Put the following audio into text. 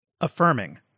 Affirming